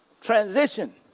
Transition